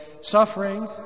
suffering